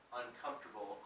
uncomfortable